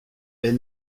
est